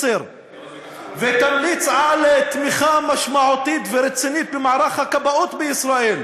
ותמליץ על תמיכה משמעותית ורצינית במערך הכבאות בישראל.